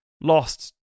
lost